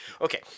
Okay